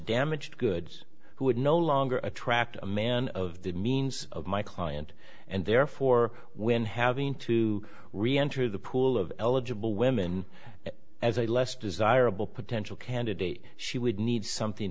damaged goods who would no longer attract a man of the means of my client and therefore when having to re enter the pool of eligible women as a less desirable potential candidate she would need something